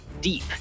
deep